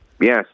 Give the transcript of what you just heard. Yes